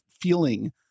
feeling